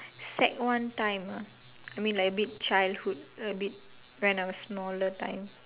sec one time ah mean like a bit childhood a bit when I was smaller time